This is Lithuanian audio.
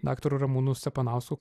daktaru ramūnu stepanausku